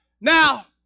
Now